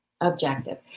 Objective